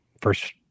first